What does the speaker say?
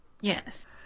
yes